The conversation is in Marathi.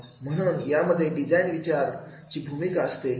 म्हणून यामध्ये डिझाईन विचाराची भूमिका असते